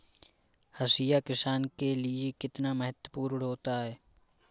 हाशिया किसान के लिए कितना महत्वपूर्ण होता है?